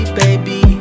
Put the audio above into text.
baby